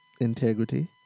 integrity